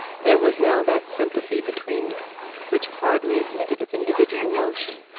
there was now that sympathy between them which hardly admitted of individual motion.